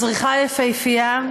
הזריחה יפהפייה.